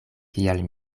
kial